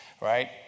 Right